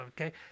okay